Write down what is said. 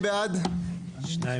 בעד רביזיה להסתייגות מספר 96?